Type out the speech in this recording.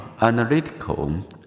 analytical